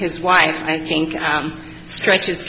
his wife i think i am stretches